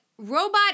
Robot